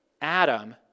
Adam